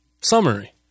summary